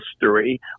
history